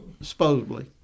supposedly